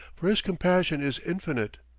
for his compassion is infinite.